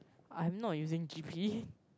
I'm not using G_P